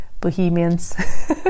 bohemians